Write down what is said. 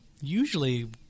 usually